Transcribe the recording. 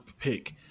pick